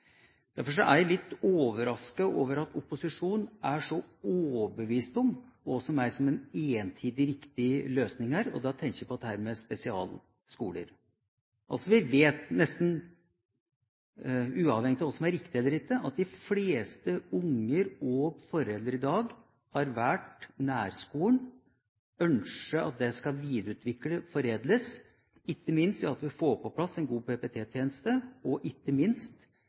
Derfor er jeg litt overrasket over at opposisjonen er så overbevist om hva som er en entydig, riktig løsning her, og da tenker jeg på dette med spesialskoler. Vi vet – nesten uavhengig av hva som er riktig eller ikke – at de fleste unger og foreldre i dag har valgt nærskolen. De ønsker at den skal videreutvikles, foredles, ved at vi får på plass en god PP-tjeneste og ikke minst